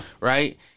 Right